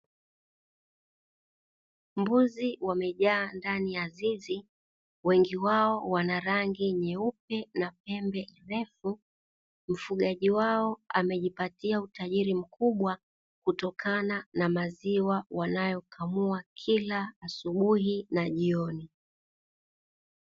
Mbuzi wamejaa ndani ya zizi, wengi wao wana rangi nyeupe na pembe ndefu, mfugaji wao amejipatia utajiri mkubwa kutokana na maziwa wanayakamua kila asubuhi na jioni.